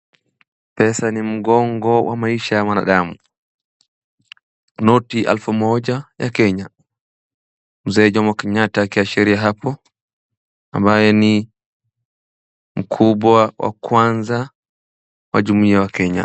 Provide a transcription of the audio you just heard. Pesa ni mgongo wa maisha ya binadamu. Noti elfu moja ya kenya mzee Jomo Kenyatta akiashiria hapo ambaye ni mkubwa wa kwanza wa jumuia wa kenya.